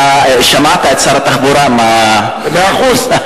אתה שמעת את שר התחבורה, מאה אחוז.